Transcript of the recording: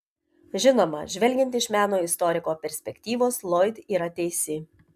žinoma žvelgiant iš meno istoriko perspektyvos loyd yra teisi